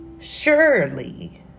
surely